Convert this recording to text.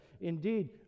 Indeed